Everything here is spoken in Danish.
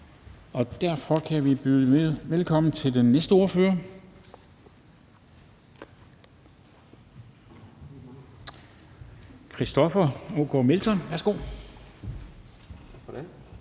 og derfor kan vi byde velkommen til den næste ordfører. Christoffer Aagaard Melson, værsgo. Kl.